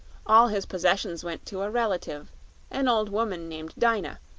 all his possessions went to a relative an old woman named dyna,